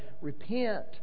repent